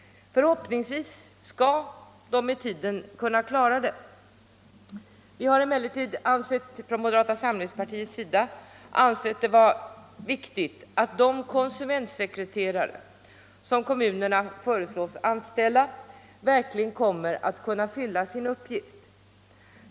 Förhoppningsvis skall de med tiden kunna klara det. Vi har emellertid från moderata samlingspartiets sida ansett det viktigt att de konsumentsekreterare som kommunerna föreslås anställa verkligen kommer att fylla sin uppgift.